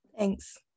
Thanks